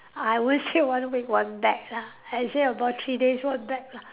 I won't say one week one bag lah I say about three days one bag lah